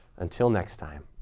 until next time.